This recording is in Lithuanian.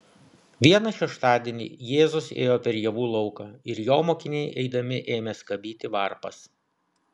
vieną šeštadienį jėzus ėjo per javų lauką ir jo mokiniai eidami ėmė skabyti varpas